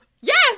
Yes